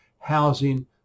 housing